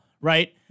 right